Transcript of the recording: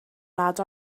nad